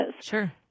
Sure